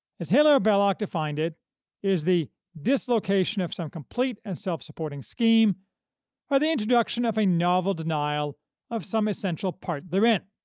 as hilaire belloc defined it, it is the dislocation of some complete and self-supporting scheme by the introduction of a novel denial of some essential part therein.